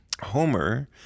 Homer